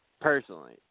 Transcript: personally